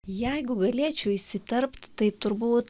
jeigu galėčiau įsiterpt tai turbūt